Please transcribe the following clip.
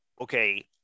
okay